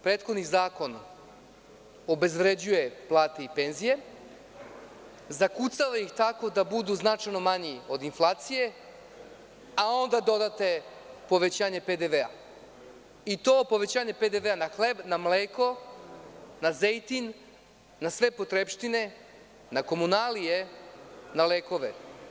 Prethodni zakon obezvređuje plate i penzije, zakucava ih tako da budu značajno manje od inflacije, a onda dodate povećanje PDV i to povećanje PDV na hleb, mleko, na zejtin, na sve potrepštine, na komunalije, na lekove.